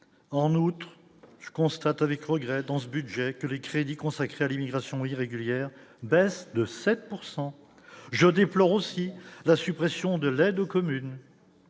en août, je constate avec regret dans ce budget que les crédits consacrés à l'immigration irrégulière, baisse de 7 pourcent je déplore aussi la suppression de l'aide aux communes